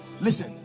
listen